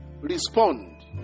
respond